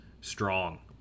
Strong